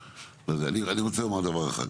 אני רוצה לומר דבר אחד,